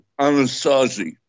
Anasazi